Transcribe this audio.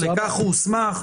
לכך הוא הוסמך?